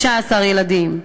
15 ילדים.